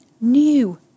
new